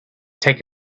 take